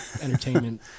entertainment